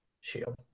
shield